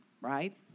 right